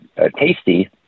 tasty